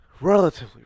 Relatively